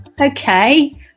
okay